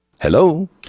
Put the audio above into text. hello